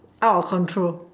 out of control